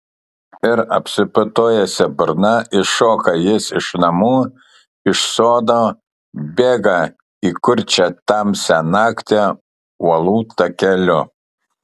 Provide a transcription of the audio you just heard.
ir apsiputojusia burna iššoka jis iš namų iš sodo bėga į kurčią tamsią naktį uolų takeliu